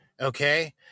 okay